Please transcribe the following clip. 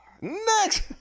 Next